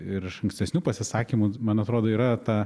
ir ankstesnių pasisakymų man atrodo yra ta